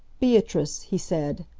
beatrice, he said,